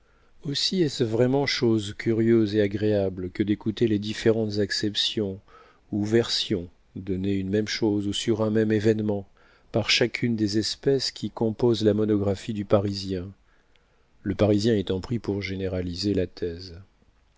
aussi est-ce vraiment chose curieuse et agréable que d'écouter les différentes acceptions ou versions données sur une même chose ou sur un même événement par chacune des espèces qui composent la monographie du parisien le parisien étant pris pour généraliser la thèse